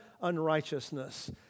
unrighteousness